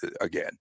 again